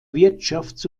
wirtschafts